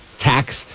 tax